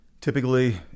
Typically